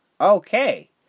Okay